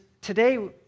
today